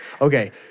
okay